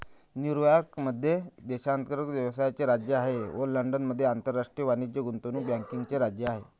New York मध्ये देशांतर्गत व्यवसायाचे राज्य आहे व लंडनमध्ये आंतरराष्ट्रीय वाणिज्य गुंतवणूक बँकिंगचे राज्य आहे